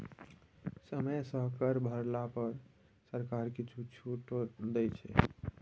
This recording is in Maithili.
समय सँ कर भरला पर सरकार किछु छूटो दै छै